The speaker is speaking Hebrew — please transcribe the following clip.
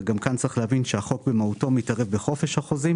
צריך להבין שהחוק במהותו מתערב בחופש החוזים